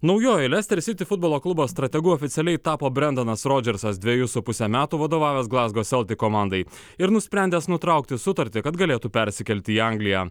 naujoje leistersiti futbolo klubo strategu oficialiai tapo brendonas rodžersas dvejus su puse metų vadovavęs glazgo seltik komandai ir nusprendęs nutraukti sutartį kad galėtų persikelti į angliją